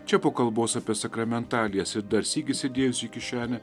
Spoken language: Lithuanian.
čia po kalbos apie sakramentalijas ir dar sykį įsidėjus į kišenę